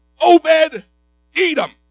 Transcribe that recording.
Obed-Edom